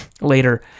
later